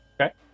Okay